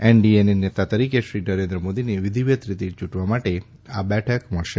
એનડીએના નેતા તરીકે શ્રી નરેન્દ્ર મોદીને વિધિવત રીતે ચૂંટવા માટે આ બેઠક મળશે